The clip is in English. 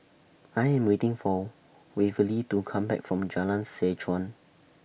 I Am waiting For Waverly to Come Back from Jalan Seh Chuan